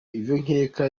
nkeka